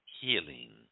healing